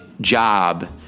job